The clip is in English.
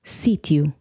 sítio